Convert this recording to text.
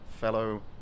fellow